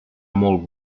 molt